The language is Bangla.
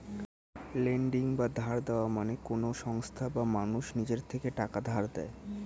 লেন্ডিং বা ধার দেওয়া মানে কোন সংস্থা বা মানুষ নিজের থেকে টাকা ধার দেয়